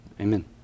Amen